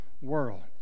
world